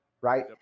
Right